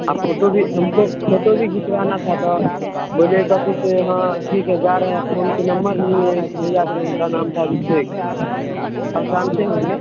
वह फोटो भी हमको फोटो भी खिचवाना था तो बोले एक अथी से हाँ ठीक है जा रहे हैं फ़ोन के नंबर लिये एक भैया थे उनका नाम था अभिशेक पहचानते होंगे